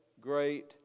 great